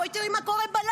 בואי תראי מה קורה בלילה.